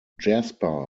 jasper